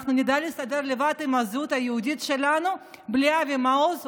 אנחנו נדע להסתדר לבד עם הזהות היהודית שלנו בלי אבי מעוז,